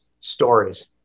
stories